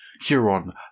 Huron